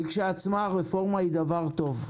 לכשעצמה הרפורמה היא דבר טוב.